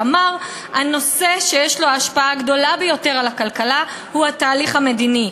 שאמר: הנושא שיש לו ההשפעה הגדולה ביותר על הכלכלה הוא התהליך המדיני.